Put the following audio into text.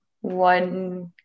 one